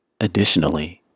Additionally